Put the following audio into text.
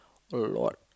a lot